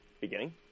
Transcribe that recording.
beginning